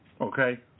Okay